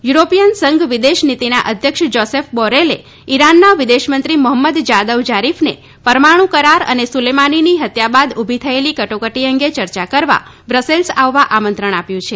European સંઘ વિદેશ નીતિના અધ્યક્ષ જોસેપ બોરેલે ઈરાનના વિદેશ મંત્રી મોફમ્મદ જાદવ જારીફને પરમાણુ કરાર અને સુલેમાનીની હત્યા બાદ ઉભી થયેલી કટોકટી અંગે ચર્ચા કરવા બ્રસેલ્સ આવવા આમંત્રણ આપ્યું છે